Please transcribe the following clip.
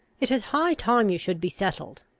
it is high time you should be settled.